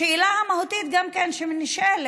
השאלה המהותית שנשאלת: